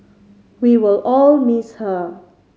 we will all miss her